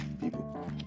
people